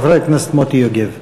חבר הכנסת מוטי יוגב.